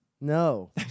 No